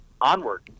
onward